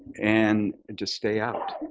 and just stay out.